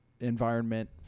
environment